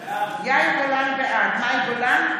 בעד מאי גולן,